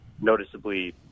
noticeably